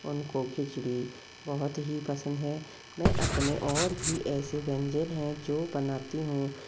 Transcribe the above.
उनको खिचड़ी बोहोत ही पसंद है मैं अपने और भी ऐसे व्यंजन है जो बनाती हूँ